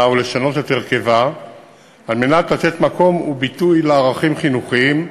ולשנות את הרכבה כדי לתת מקום וביטוי לערכים חינוכיים,